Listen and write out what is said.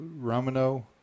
Romano